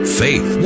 faith